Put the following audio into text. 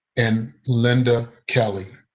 and linda kelley.